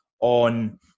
on